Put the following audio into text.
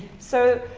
so,